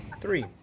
Three